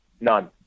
none